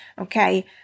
okay